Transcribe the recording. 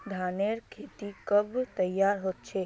धानेर खेती कब तैयार होचे?